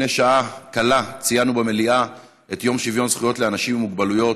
לפני שעה קלה ציינו במליאה את יום שוויון זכויות לאנשים עם מוגבלויות,